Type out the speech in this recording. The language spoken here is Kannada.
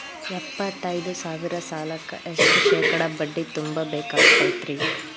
ಎಪ್ಪತ್ತೈದು ಸಾವಿರ ಸಾಲಕ್ಕ ಎಷ್ಟ ಶೇಕಡಾ ಬಡ್ಡಿ ತುಂಬ ಬೇಕಾಕ್ತೈತ್ರಿ?